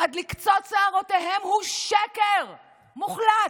עד לקצות שערותיהם הוא שקר מוחלט,